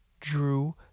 drew